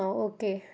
അ okay